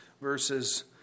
verses